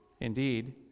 Indeed